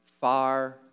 far